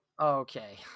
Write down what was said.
Okay